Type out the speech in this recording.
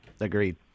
agreed